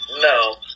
No